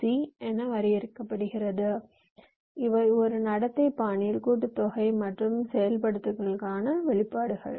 C என வரையறுக்கப்படுகிறது இவை ஒரு நடத்தை பாணியில் கூட்டுத்தொகை மற்றும் செயல்படுத்தலுக்கான வெளிப்பாடுகள்